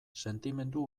sentimendu